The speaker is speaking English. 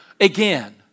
again